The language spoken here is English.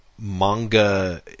manga